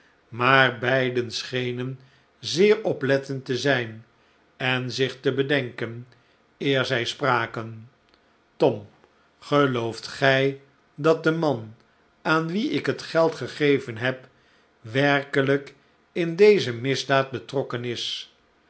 maar beiden schenen zeer oplettend te zijn en zich te bedenken eer zij spraken tom gelooft gij dat de man aan wien ik dat geld gegeven heb werkelijk in deze misdaad betrokken is